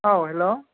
औ हेल'